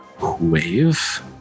wave